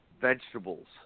vegetables